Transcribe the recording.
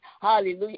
hallelujah